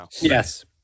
Yes